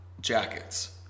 jackets